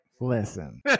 Listen